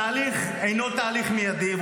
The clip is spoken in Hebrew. התהליך אינו תהליך מיידי,